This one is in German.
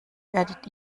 werdet